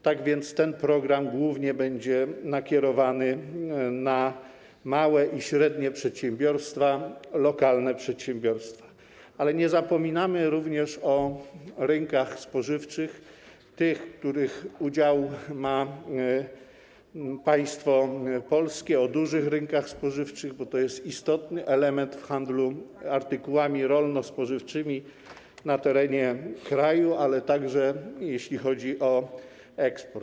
Tak więc ten program głównie będzie nakierowany na małe i średnie przedsiębiorstwa, lokalne przedsiębiorstwa, ale nie zapominamy również o rynkach spożywczych, tych, w których udział ma państwo polskie, o dużych rynkach spożywczych, bo to jest istotny element handlu artykułami rolno-spożywczymi na terenie kraju, a także jeśli chodzi o eksport.